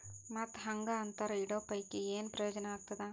ಮತ್ತ್ ಹಾಂಗಾ ಅಂತರ ಇಡೋ ಪೈಕಿ, ಏನ್ ಪ್ರಯೋಜನ ಆಗ್ತಾದ?